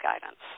guidance